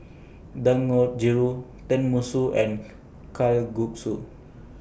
Dangojiru Tenmusu and Kalguksu